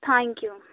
thank you